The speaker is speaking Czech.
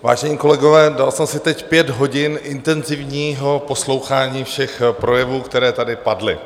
Vážení kolegové, dal jsem si teď pět hodin intenzivního poslouchání všech projevů, které tady padly.